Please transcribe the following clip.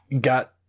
got